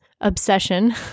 obsession